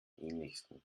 ähnlichsten